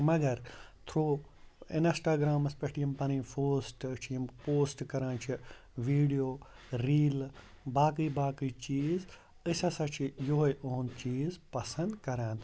مگر تھرٛوٗ اِنَسٹاگرٛامَس پٮ۪ٹھ یِم پَنٕنۍ فوسٹہٕ چھِ یِم پوسٹ کَران چھِ ویٖڈیو ریٖلہٕ باقٕے باقٕے چیٖز أسۍ ہسا چھِ یِہوٚے یِہُنٛد چیٖز پَسَنٛد کَران